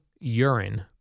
urine